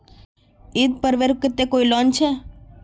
ईद पर्वेर केते कोई लोन छे?